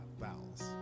vowels